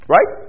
Right